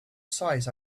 size